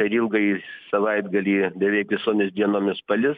per ilgąjį savaitgalį beveik visomis dienomis palis